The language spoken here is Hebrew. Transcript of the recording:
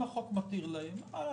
אם החוק מתיר להם מה לעשות?